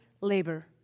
labor